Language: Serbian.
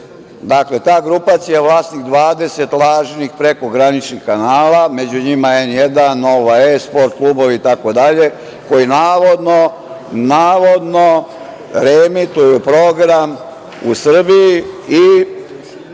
Dakle, ta grupacija je vlasnik 20 lažnih prekograničnih kanala, među njima N1, „Nova S“, sport klubovi i tako dalje, koji navodno reemituju program u Srbiji i